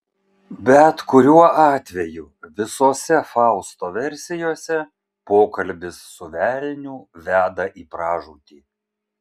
bet kuriuo atveju visose fausto versijose pokalbis su velniu veda į pražūtį